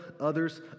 others